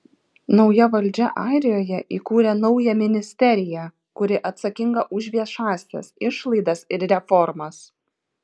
nauja valdžia airijoje įkūrė naują ministeriją kuri atsakinga už viešąsias išlaidas ir reformas